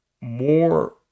more